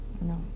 No